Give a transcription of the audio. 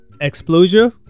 explosion